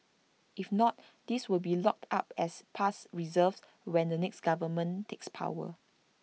if not these will be locked up as past reserves when the next government takes power